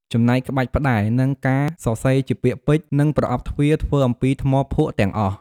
ចំណែកក្បាច់ផ្តែរ និងការសរសេរជាពាក្យពេចន៍ និងប្រអប់ទ្វារធ្វើអំពីថ្មភក់ទាំងអស់។